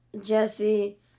Jesse